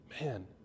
man